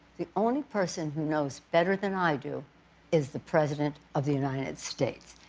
the only person who knows better than i do is the president of the united states.